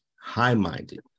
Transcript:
high-minded